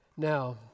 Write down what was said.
Now